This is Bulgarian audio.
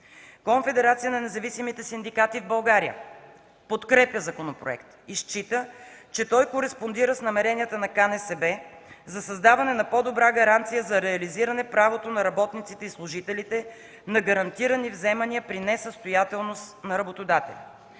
Конфедерацията на независимите синдикати в България (КНСБ) подкрепя законопроекта и счита, че той кореспондира с намеренията на КНСБ за създаване на по-добра гаранция за реализиране правото на работниците и служителите на гарантирани вземания при несъстоятелност на работодателя.